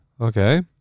okay